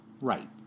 Right